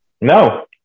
No